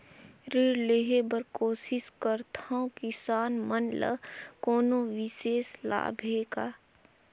ऋण लेहे बर कोशिश करथवं, किसान मन ल कोनो विशेष लाभ हे का?